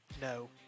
no